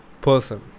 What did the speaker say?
person